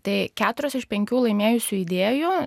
tai keturios iš penkių laimėjusių idėjų